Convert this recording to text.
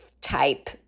type